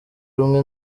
rumwe